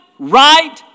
Right